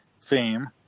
fame